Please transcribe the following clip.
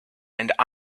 and